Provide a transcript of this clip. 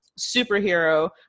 superhero